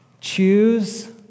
choose